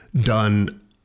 done